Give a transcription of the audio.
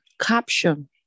caption